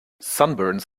sunburns